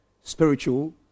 Spiritual